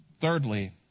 Thirdly